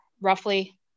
roughly